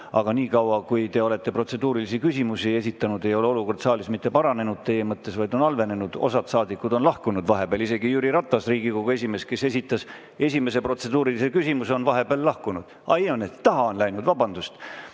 Aga vahepeal, kui te olete protseduurilisi küsimusi esitanud, ei ole olukord saalis mitte paranenud teie [seisukohalt], vaid halvenenud. Osad saadikud on lahkunud vahepeal. Isegi Jüri Ratas, Riigikogu esimees, kes esitas esimese protseduurilise küsimuse, on vahepeal lahkunud. Aa, ei! Taha on läinud. Vabandust!